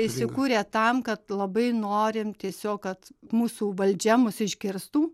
įsikūrę tam kad labai norim tiesiog kad mūsų valdžia mus išgirstų